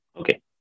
Okay